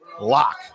Lock